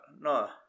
No